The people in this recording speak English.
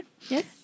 yes